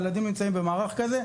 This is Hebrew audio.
הילדים נמצאים במערך כזה.